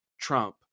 trump